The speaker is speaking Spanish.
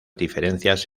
diferencias